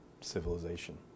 civilization